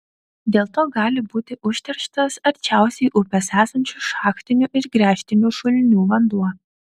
dėl to gali būti užterštas arčiausiai upės esančių šachtinių ir gręžtinių šulinių vanduo